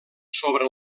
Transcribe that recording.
sobre